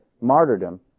martyrdom